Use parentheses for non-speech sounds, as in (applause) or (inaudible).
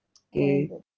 (noise)